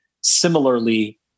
Similarly